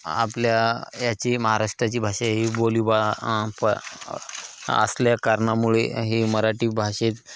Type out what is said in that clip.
आपल्या याची महाराष्ट्राची भाषा ही बोली बा प असल्या कारणामुळे हे मराठी भाषेत